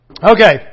Okay